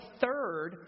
third